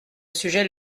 sujet